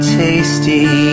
tasty